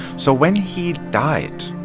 so when he died,